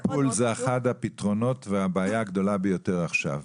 מתאם טיפול זה אחד הפתרונות והבעיה הגדולה ביותר עכשיו.